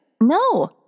No